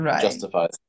justifies